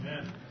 Amen